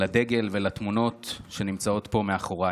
לדגל ולתמונות שנמצאים פה, מאחוריי.